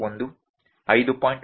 1 5